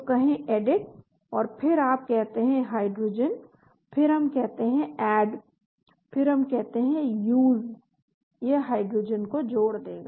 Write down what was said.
तो कहें एडिट और फिर आप कहते हैं हाइड्रोजन फिर हम कहते हैं ऐड फिर हम कहते हैं यूज यह हाइड्रोजन जोड़ देगा